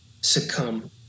succumb